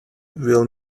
will